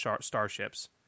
starships